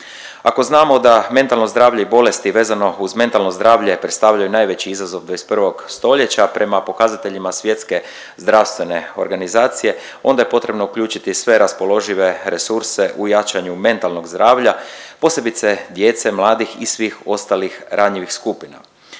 Ako znamo da mentalno zdravlje i bolesti vezano uz mentalno zdravlje predstavljaju najveći izazov 21. stoljeća prema pokazateljima Svjetske zdravstvene organizacije onda je potrebno uključiti sve raspoložive resurse u jačanju mentalnog zdravlja posebice djece, mladih i svih ostalih ranjivih skupina.